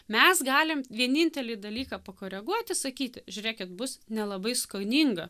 mes galim vienintelį dalyką pakoreguoti sakyti žiūrėkit bus nelabai skoninga